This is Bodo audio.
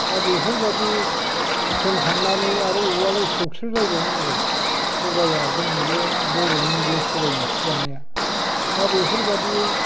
दा बेेफोरबादि हुख्रेमखांनानै आरो उवालआव सौस्रोलायबावनांगौ सबाइआ जोंनि बे बर'नि बे सबाइ ओंख्रि जानाइया दा बेफोरबादि